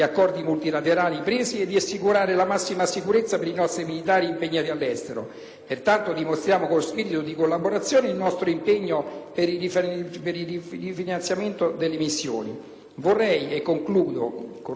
Pertanto, dimostriamo con spirito di collaborazione il nostro impegno per il rifinanziamento delle missioni. Vorrei, e concludo con questo monito, che si prestasse un'attenzione particolare